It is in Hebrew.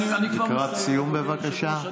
בבקשה.